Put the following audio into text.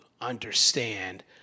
understand